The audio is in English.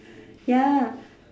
ya